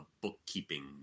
bookkeeping